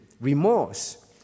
remorse